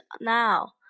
now